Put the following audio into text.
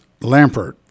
Lampert